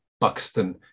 Buxton